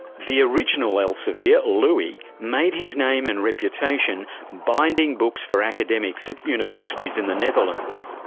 the original elsevier, louis, made his name and reputation binding books for academics at universities in the netherlands.